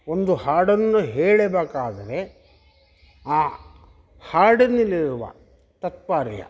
ಒಂದು ಹಾಡನ್ನು ಹೇಳಬೇಕಾದರೆ ಆ ಹಾಡಿನಲ್ಲಿರುವ ತಾತ್ಪರ್ಯ